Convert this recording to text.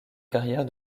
carrière